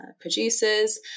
producers